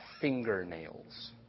fingernails